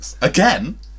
again